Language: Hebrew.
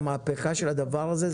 המפכה של הדבר הזה,